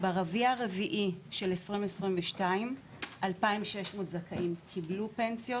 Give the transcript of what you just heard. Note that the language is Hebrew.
ברבעון הרביעי של שנת 2022 כ-2,600 זכאים קיבלו פנסיות,